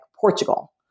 Portugal